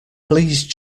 please